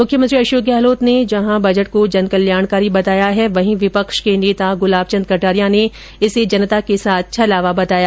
मुख्यमंत्री अशोक गहलोत ने जहां बजट को जनकल्याणकारी बताया वहीं विपक्ष के नेता गुलाब चन्द कटारिया ने इसे जनता के साथ छलावा बताया